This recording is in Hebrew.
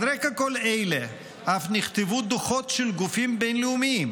על רקע כל אלה אף נכתבו דוחות של גופים בין-לאומיים,